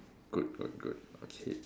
good good good okay